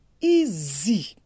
easy